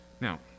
Now